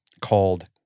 called